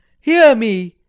hear me,